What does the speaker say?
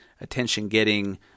attention-getting